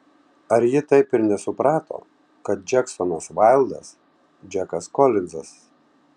ar ji taip ir nesuprato kad džeksonas vaildas džekas kolinzas